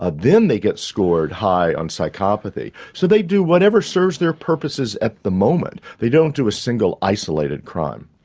ah then they get scored high on psychopathy. so they do whatever serves their purposes at the moment they don't do a single isolated crime.